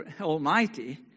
Almighty